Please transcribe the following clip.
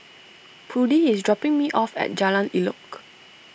Prudie is dropping me off at Jalan Elok